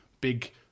big